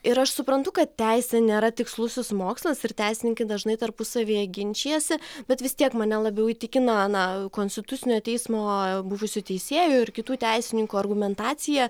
ir aš suprantu kad teisė nėra tikslusis mokslas ir teisininkai dažnai tarpusavyje ginčijasi bet vis tiek mane labiau įtikino na konstitucinio teismo buvusių teisėjų ir kitų teisininkų argumentacija